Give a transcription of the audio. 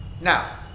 Now